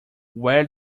where